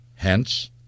Hence